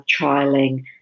trialing